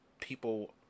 people